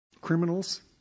criminals